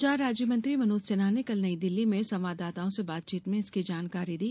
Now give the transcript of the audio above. संचार राज्य मंत्री मनोज सिन्हा ने कल नई दिल्ली में संवाददाताओं से बातचीत में इसकी जानकारी दी